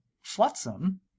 Flotsam